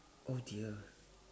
oh dear